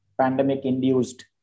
pandemic-induced